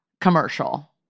commercial